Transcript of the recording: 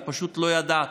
אני פשוט לא ידעתי.